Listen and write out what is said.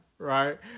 Right